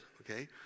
okay